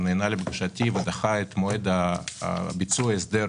נענה לבקשתי ודחה את מועד ביצוע הסדר